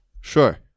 Sure